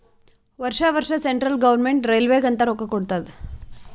ವರ್ಷಾ ವರ್ಷಾ central government ರೈಲ್ವೇಗ ಅಂತ್ ರೊಕ್ಕಾ ಕೊಡ್ತಾದ್